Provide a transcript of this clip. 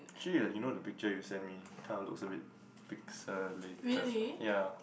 actually ah you know the picture you send me kinda looks a bit pixelated ya